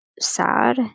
sad